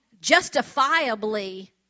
justifiably